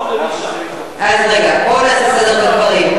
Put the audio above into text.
בואו נעשה סדר בדברים.